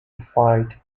fight